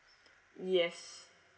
yes